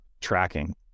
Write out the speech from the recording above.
tracking